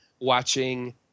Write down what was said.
watching –